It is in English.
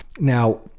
Now